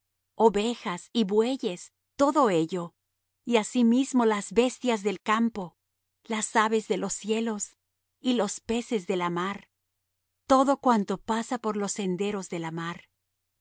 pies ovejas y bueyes todo ello y asimismo las bestias del campo las aves de los cielos y los peces de la mar todo cuanto pasa por los senderos de la mar